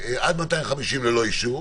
עד 250 ללא אישור.